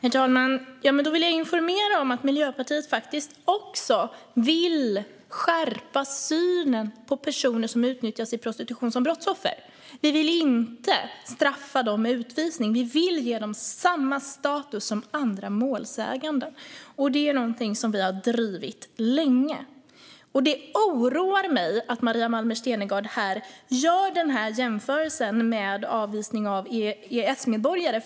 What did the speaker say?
Herr talman! Då vill jag informera om att Miljöpartiet också vill skärpa synen på personer som utnyttjas i prostitution som brottsoffer. Vi vill inte straffa dem med utvisning. Vi vill ge dem samma status som andra målsägande. Det är någonting som vi har drivit länge. Det oroar mig att Maria Malmer Stenergard här gör denna jämförelse med avvisning av icke EES-medborgare.